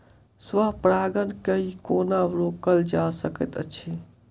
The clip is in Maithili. स्व परागण केँ कोना रोकल जा सकैत अछि?